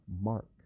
mark